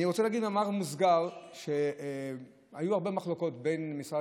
במאמר מוסגר אני רוצה להגיד שהיו הרבה מחלוקות בין משרד